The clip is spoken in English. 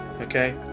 okay